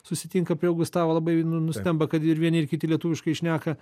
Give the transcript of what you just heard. susitinka prie augustavo labai nustemba kad ir vieni ir kiti lietuviškai šneka